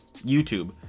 youtube